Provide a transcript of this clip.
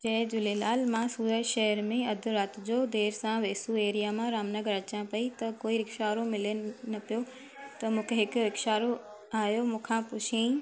जय झूलेलाल मां सूरत शहर में अधु राति जो देरि सां वेसू एरिया मां रामनगर अचां पेई त कोई रिक्शा वारो मिलेनि न पियो त मूंखे हिकु रिक्शा वारो आहियो मूं खां पुछियंई